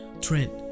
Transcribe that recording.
Trent